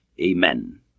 Amen